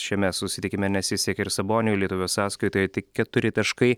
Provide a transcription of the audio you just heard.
šiame susitikime nesisekė ir saboniui lietuvio sąskaitoje tik keturi taškai